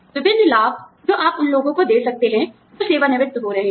विभिन्न लाभ जो आप उन लोगों को दे सकते हैं जो सेवानिवृत्त हो रहे हैं